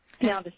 Now